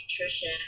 nutrition